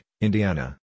Indiana